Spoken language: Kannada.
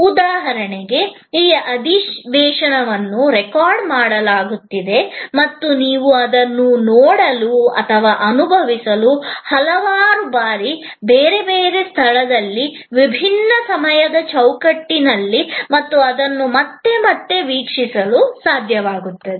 ಉದಾಹರಣೆಗೆ ಈ ಅಧಿವೇಶನವನ್ನು ರೆಕಾರ್ಡ್ ಮಾಡಲಾಗುತ್ತಿದೆ ಮತ್ತು ನೀವು ಅದನ್ನು ನೋಡಲು ಮತ್ತು ಅನುಭವಿಸಲು ಹಲವಾರು ಬಾರಿ ಬೇರೆ ಸ್ಥಳದಲ್ಲಿ ವಿಭಿನ್ನ ಸಮಯದ ಚೌಕಟ್ಟಿನಲ್ಲಿ ಮತ್ತು ಅದನ್ನು ಮತ್ತೆ ಮತ್ತೆ ವೀಕ್ಷಿಸಲು ಸಾಧ್ಯವಾಗುತ್ತದೆ